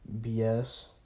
BS